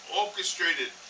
orchestrated